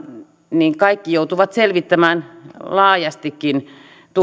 niin kaikki joutuvat selvittämään laajastikin